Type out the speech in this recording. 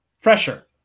fresher